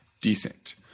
decent